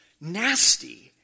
nasty